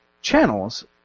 channels